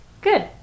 good